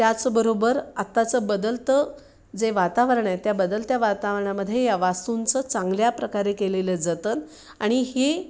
त्याचबरोबर आत्ताचं बदलतं जे वातावरण आहे त्या बदलत्या वातावरणामध्ये या वास्तूंचं चांगल्या प्रकारे केलेलं जतन आणि ही